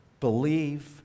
believe